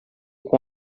com